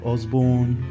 Osborne